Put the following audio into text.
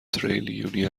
تریلیونی